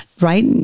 right